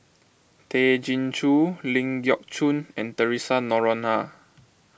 Tay Chin Joo Ling Geok Choon and theresa Noronha